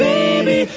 Baby